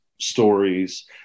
stories